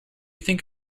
think